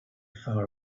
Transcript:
far